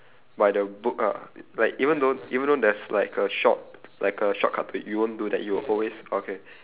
by the book ah like even though even though there's like a short like a shortcut to it you won't do that you will always okay